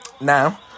Now